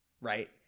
Right